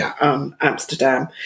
Amsterdam